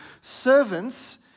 Servants